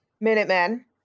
Minutemen